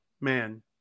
man